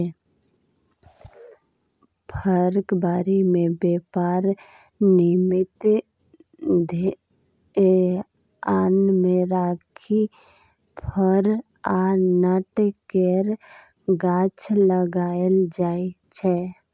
फरक बारी मे बेपार निमित्त धेआन मे राखि फर आ नट केर गाछ लगाएल जाइ छै